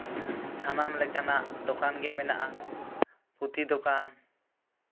ᱥᱟᱱᱟᱢ ᱞᱮᱠᱟᱱᱟᱜ ᱫᱚᱠᱟᱱ ᱜᱮ ᱢᱮᱱᱟᱜᱼᱟ ᱯᱩᱛᱷᱤ ᱫᱚᱠᱟᱱ